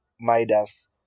Midas